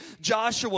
Joshua